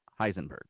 heisenberg